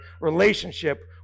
relationship